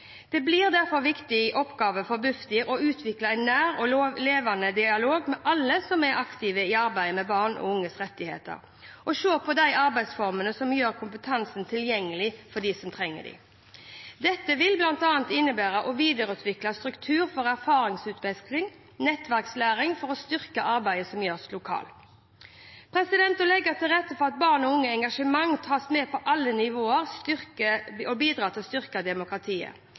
Det blir derfor en viktig oppgave for Bufdir å utvikle en nær og levende dialog med alle som er aktive i arbeidet med barn og unges rettigheter, og se på de arbeidsformene som gjør kompetansen tilgjengelig for dem som trenger den. Dette vil bl.a. innebære å videreutvikle strukturer for erfaringsutveksling og nettverkslæring for å styrke arbeidet som gjøres lokalt. Å legge til rette for at barn og unges engasjement tas med på alle nivåer, bidrar til å styrke demokratiet.